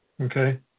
okay